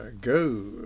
Go